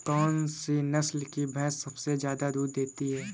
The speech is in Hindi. कौन सी नस्ल की भैंस सबसे ज्यादा दूध देती है?